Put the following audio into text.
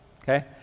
okay